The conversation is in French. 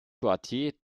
quartier